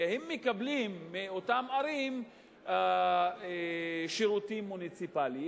והם מקבלים מאותן ערים שירותים מוניציפליים,